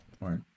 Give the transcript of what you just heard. Right